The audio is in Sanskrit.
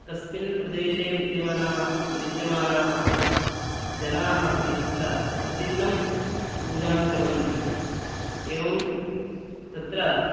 तस्मिन् प्रदेशे विद्यमानाः विद्यमानाः जनाः अपि तत्र प्रतिदिनं पूजां कुर्वन्ति एवं तत्र